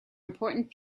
important